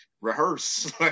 rehearse